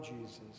Jesus